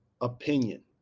opinion